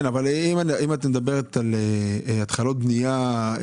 אם את מדברת על התחלות בנייה,